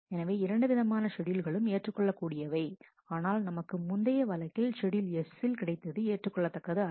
எனவே இரண்டுவிதமான ஷெட்யூல்களும் ஏற்றுக் கொள்ளக் கூடியவை ஆனால் நமக்கு முந்தைய வழக்கில் ஷெட்யூல் S ல் கிடைத்தது ஏற்றுக்கொள்ளத்தக்கது அல்ல